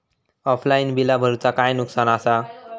Offline बिला भरूचा काय नुकसान आसा?